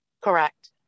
correct